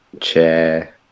Chair